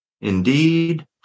Indeed